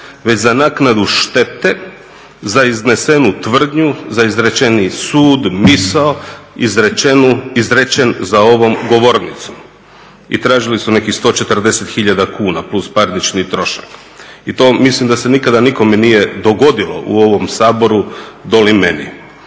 već za naknadu štete za iznesenu tvrdnju, za izrečeni sud, misao, izrečen za ovom govornicom. I tražili su nekih 140 hiljada kuna plus parnični trošak. I to mislim da se nikada nikome nije dogodilo u ovom Saboru doli meni